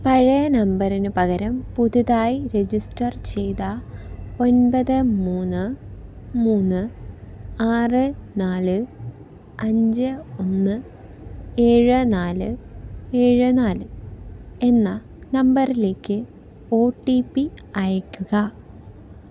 പഴയ നമ്പറിന് പകരം പുതുതായി രജിസ്റ്റർ ചെയ്ത ഒൻപത് മൂന്ന് മൂന്ന് ആറ് നാല് അഞ്ച് ഒന്ന് ഏഴ് നാല് ഏഴ് നാല് എന്ന നമ്പറിലേക്ക് ഒ ടി പി അയയ്ക്കുക